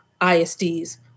ISDs